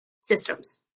systems